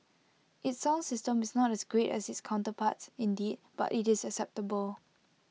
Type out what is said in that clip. its sound system is not as great as its counterparts indeed but IT is acceptable